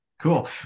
Cool